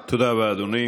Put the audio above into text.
תודה רבה, אדוני.